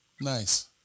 Nice